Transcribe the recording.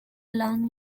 long